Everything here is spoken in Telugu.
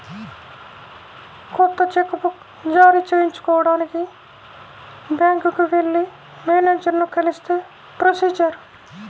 కొత్త చెక్ బుక్ జారీ చేయించుకోడానికి బ్యాంకుకి వెళ్లి మేనేజరుని కలిస్తే ప్రొసీజర్